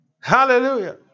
Hallelujah